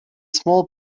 small